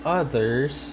others